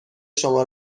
شما